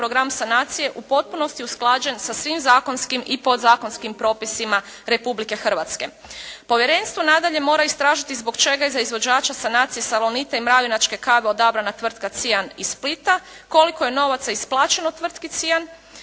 program sanacije u potpunosti usklađen sa svim zakonskim i podzakonskim propisima Republike Hrvatske. Povjerenstvo nadalje mora istražiti zbog čega je za izvođača sanacije "Salonita" i Mravinačke kave odabrana tvrtka "Cijan" iz Splita, koliko je novaca isplaćeno tvrtki "Cijan"